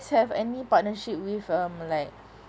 have any partnership with um like